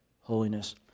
holiness